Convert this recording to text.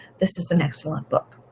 this is an excellent book.